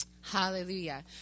hallelujah